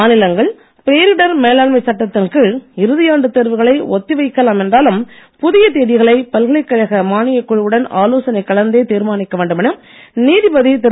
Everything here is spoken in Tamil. மாநிலங்கள் பேரிடர் மேலாண்மை சட்டத்தின் கீழ் இறுதியாண்டு தேர்வுகளை ஒத்தி வைக்கலாம் என்றாலும் புதிய தேதிகளை பல்கலைக்கழக மானியக் குழுவுடன் ஆலோசனை கலந்தே தீர்மானிக்க வேண்டுமென நீதிபதி திரு